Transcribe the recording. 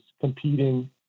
competing